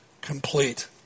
complete